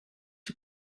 the